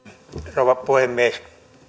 rouva puhemies